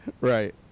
right